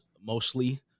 mostly